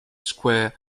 square